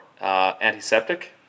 Antiseptic